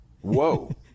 Whoa